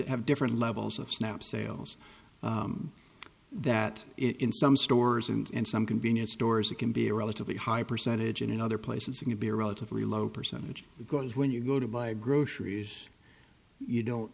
have different levels of snap sales that in some stores and some convenience stores it can be a relatively high percentage and in other places you can be a relatively low percentage because when you go to buy groceries you don't